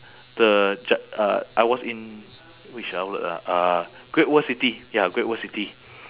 the g~ uh I was in which outlet ah uh great world city ya great world city